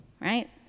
right